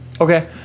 Okay